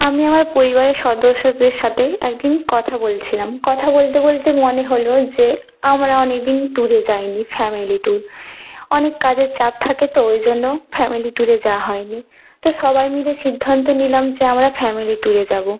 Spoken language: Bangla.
আমি আমার পরিবারের সদস্যদের সাথে এক দিন কথা বলছিলাম কথা বলতে বলতে মনে হল যে আমরা অনেক দিন ট্যুরে যাইনি ফ্যামিলি ট্যুর অনেক কাজের চাপ থাকে তো ওই জন্য ফ্যামিলি ট্যুরে যাওয়া হয়নি তো সবাই মিলে সিদ্ধান্ত নিলাম যে আমরা ফ্যামিলি ট্যুরে যাব